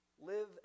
Live